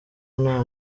nta